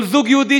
כל זוג יהודי,